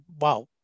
wow